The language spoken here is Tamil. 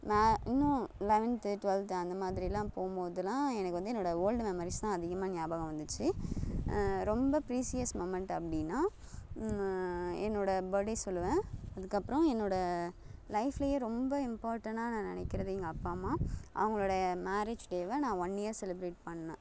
நான் இன்னும் லெவன்த்து ட்வெல்த்து அந்த மாதிரிலாம் போகும் போதுலாம் எனக்கு வந்து என்னோடய ஓல்டு மெமரிஸ் தான் அதிகமாக ஞாபகம் வந்துச்சு ரொம்ப ப்ரீஸியஸ் முமெண்ட் அப்படின்னா என்னோடய பர்த்டே சொல்லுவேன் அதுக்கப்றம் என்னோடய லைப்லையே ரொம்ப இம்பார்ட்டனாக நான் நினைக்கிறது எங்கள் அப்பா அம்மா அவங்களோடய மேரேஜ் டேவை நான் ஒன் இயர் செலிப்ரேட் பண்ணேன்